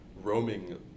roaming